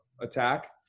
attack